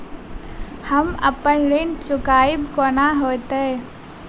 हम अप्पन ऋण चुकाइब कोना हैतय?